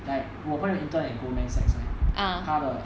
like 我朋友 intern at goldman sachs right 他的